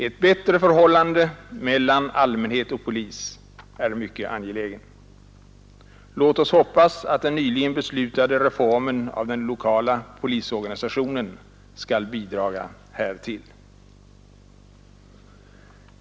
Ett bättre förhållande mellan allmänhet och polis är mycket angeläget. Låt oss hoppas att den nyligen beslutade reformeringen av den lokala polisorganisationen skall bidra därtill.